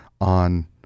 on